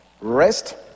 rest